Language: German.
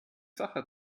sacher